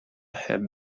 had